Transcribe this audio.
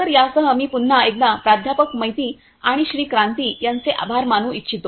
तर यासह मी पुन्हा एकदा प्राध्यापक मैती आणि श्री क्रांती यांचे आभार मानू इच्छितो